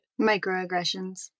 microaggressions